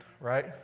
right